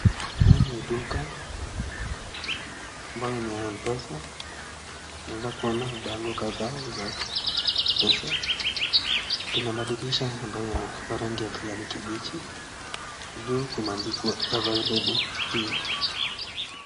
Hii ni duka ambayo ni ya Mpesa, naeza kuona bango kadhaa za Mpesa. Ina madirisha ambayo yamepakwa rangi ya kijani kibichi, na juu kumeandikwa available here .